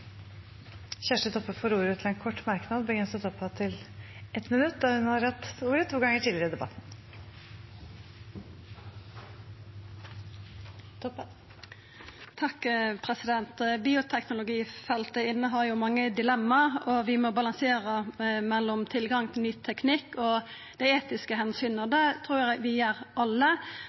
ordet to ganger tidligere og får ordet til en kort merknad, begrenset til 1 minutt. Bioteknologifeltet inneheld mange dilemma. Vi må balansera mellom tilgangen til ny teknikk og dei etiske omsyna, og det trur eg vi alle gjer.